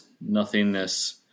nothingness